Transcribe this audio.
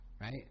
right